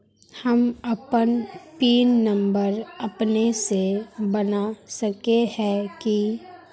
हम अपन pin number अपने से बना सके है की?